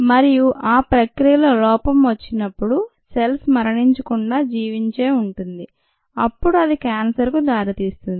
మరియు ఆ ప్రక్రియలో లోపం వచ్చినప్పుడు సెల్స్ మరణించకుండా జీవించే ఉంటుంది అప్పుడు అది క్యాన్సర్ కు దారితీస్తుంది